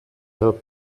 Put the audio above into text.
help